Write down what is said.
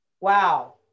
Wow